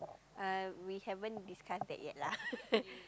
uh we haven't discussed that yet lah